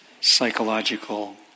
psychological